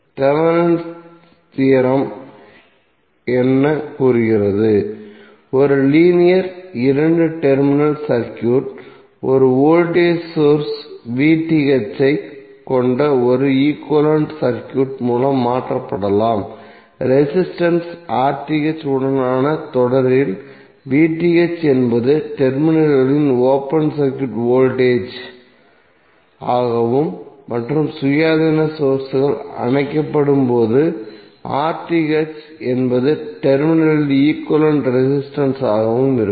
Thevenin's theorem Thevenin's theorem என்ன கூறுகிறது ஒரு லீனியர் இரண்டு டெர்மினல் சர்க்யூட் ஒரு வோல்டேஜ் சோர்ஸ் ஐக் கொண்ட ஒரு ஈக்விவலெண்ட் சர்க்யூட் மூலம் மாற்றப்படலாம் ரெசிஸ்டன்ஸ் உடனான தொடரில் என்பது டெர்மினல்களில் ஓபன் சர்க்யூட் வோல்டேஜ் ஆகவும் மற்றும் சுயாதீன சோர்ஸ்கள் அணைக்கப்படும் போது என்பது டெர்மினல்களில் ஈக்விவலெண்ட் ரெசிஸ்டன்ஸ் ஆகவும் இருக்கும்